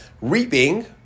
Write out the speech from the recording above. Reaping